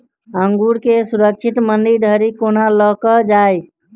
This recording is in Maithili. अंगूर केँ सुरक्षित मंडी धरि कोना लकऽ जाय?